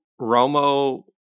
Romo